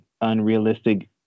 unrealistic